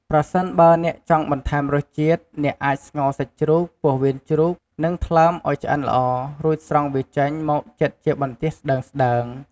ប្រសិនបើអ្នកចង់បន្ថែមរសជាតិ អ្នកអាចស្ងោរសាច់ជ្រូក ពោះវៀនជ្រូក និងថ្លើមឱ្យឆ្អិនល្អ រួចស្រង់វាចេញមកចិតជាបន្ទះស្តើងៗ។